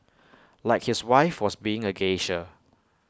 like his wife was being A geisha